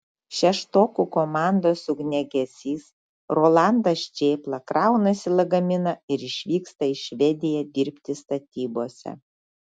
šeštokų komandos ugniagesys rolandas čėpla kraunasi lagaminą ir išvyksta į švediją dirbti statybose